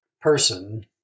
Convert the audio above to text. person